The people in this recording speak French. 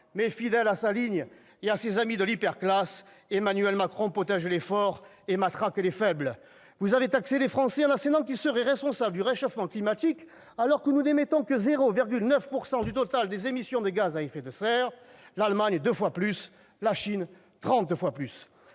Mais, fidèle à sa ligne et à ses amis de l'hyperclasse, Emmanuel Macron protège les forts et matraque les faibles. Vous allez taxer les Français en assénant qu'ils seraient responsables du réchauffement climatique, alors que nous n'émettons que 0,9 % du total des émissions de gaz à effet de serre : l'Allemagne en émet deux fois plus, et la Chine ... trente fois plus